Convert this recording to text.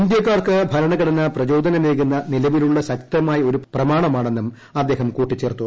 ഇന്ത്യാക്കാർക്ക് ഭരണഘടന പ്രചോദനമേകുന്ന നിലവിലുള്ള ശക്തമായ ഒരു പ്രമാണമാണെന്നും അദ്ദേഹം കൂട്ടിച്ചേർത്തു